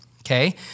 okay